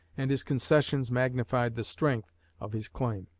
and his concessions magnified the strength of his claim.